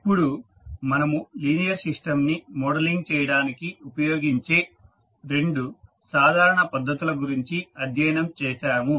ఇప్పుడు మనము linear system ని మోడలింగ్ చేయడానికి ఉపయోగించే రెండు సాధారణ పద్ధతుల గురించి అధ్యయనం చేసాము